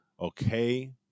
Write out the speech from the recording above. okay